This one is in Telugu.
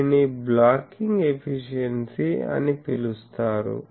దీనిని బ్లాకింగ్ ఎఫిషియెన్సీ అని పిలుస్తారు